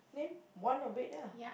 named one of it ah